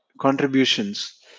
contributions